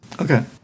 Okay